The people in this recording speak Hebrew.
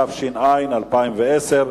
התש"ע 2010,